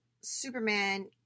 Superman